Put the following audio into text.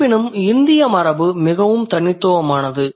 இருப்பினும் இந்திய மரபு மிகவும் தனித்துவமானது